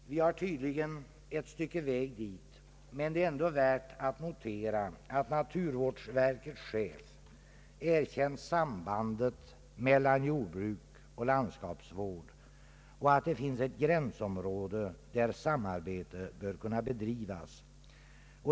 Vi har tydligen ett stycke väg dit, men det är ändå värt att notera att naturvårdsverkets chef erkänt sambandet mellan jordbruk och landskapsvård och att det finns ett gränsområde, där samarbete bör kunna bedrivas.